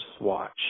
Watch